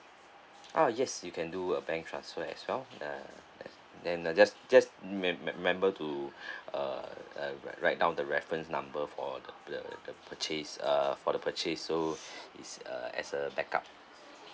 uh yes you can do a bank transfer as well uh then uh just just re~ remember to uh uh write down the reference number for uh the purchase uh for the purchase so it's as a backup